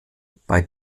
bei